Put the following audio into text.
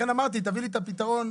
לכן אמרתי - תביא לי את הפיתרון.